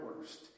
worst